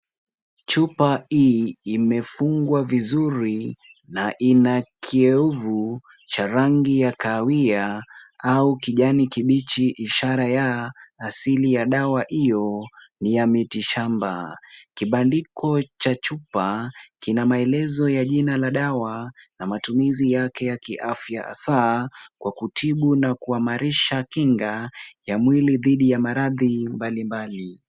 Chupa hii imefungwa vizuri, naina kioevu cha rangi ya kahawia au kijani kibichi ishara ya asili ya dawa hiyo ni ya miti shamba. Kibandiko cha chupa, kina maelezo ya jina la dawa, na matumizi yake ya kiafya. Hasa kwa kutibu na kuimarisha kinga ya mwili dhidi ya maradhi mbalimbali.